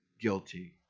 guilty